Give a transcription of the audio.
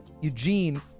Eugene